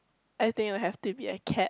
I think would have to be a cat